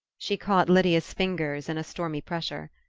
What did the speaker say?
she caught lydia's fingers in a stormy pressure.